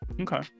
Okay